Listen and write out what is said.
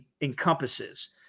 encompasses